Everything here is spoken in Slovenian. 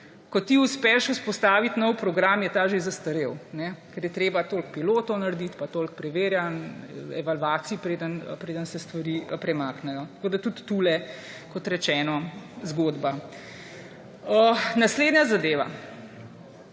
Ko ti uspeš vzpostaviti nov program, je ta že zastarel, ker je treba toliko pilotov narediti pa toliko preverjanj, evalvacij, preden se stvari premaknejo. Tudi tukaj, kot rečeno, zgodba. Naslednja zadeva.